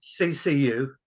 ccu